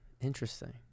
Interesting